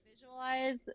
visualize